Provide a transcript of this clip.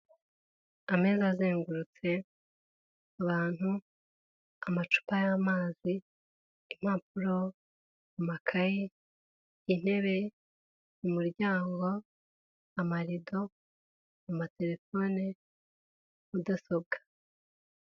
Ameza azengurutse, abantu, amacupa y'amazi, impapuro, amakayi, intebe mu muryango, amarido, amaterefone, mudasobwa.